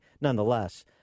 nonetheless